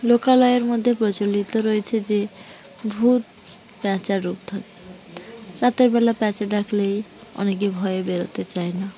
লোকালয়ের মধ্যে প্রচলিত রয়েছে যে ভূত প্যাঁচা রূপ থাকে রাতেরবেলা প্যাঁচা ডাকলেই অনেকে ভয়ে বেরোতে চায় না